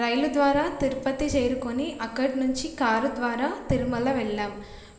రైలు ద్వారా తిరుపతి చేరుకుని అక్కడ నుంచి కారు ద్వారా తిరుమల వెళ్ళాం